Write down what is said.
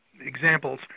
examples